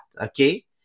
okay